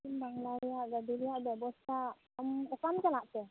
ᱯᱚᱥᱪᱤᱢ ᱵᱟᱸᱜᱽᱞᱟ ᱨᱮᱭᱟᱜ ᱜᱟ ᱰᱤᱨᱮᱭᱟᱜ ᱵᱮᱵᱚᱥᱛᱟ ᱟᱢ ᱚᱠᱟᱢ ᱪᱟᱞᱟᱜ ᱛᱮ